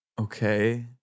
Okay